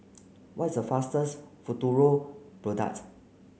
what is the fatest Futuro product